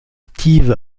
steve